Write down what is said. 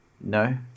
No